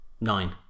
Nine